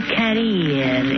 career